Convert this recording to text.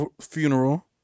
funeral